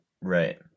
Right